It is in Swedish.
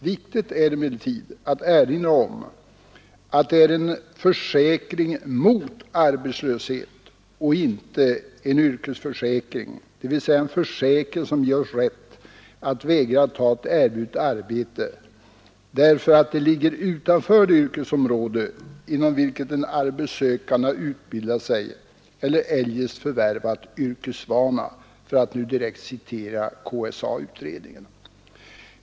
Viktigt är emellertid att erinra om att det är en försäkring mot arbetslöshet och inte en yrkesförsäkring, dvs. en försäkring som ger oss rätt att vägra ta ett erbjudet arbete därför att ”det ligger utanför det yrkesområde, inom vilket den arbetssökande har utbildat sig eller eljest förvärvat yrkesvana”, för att nu direkt citera KSA-utredningen.